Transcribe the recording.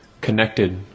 connected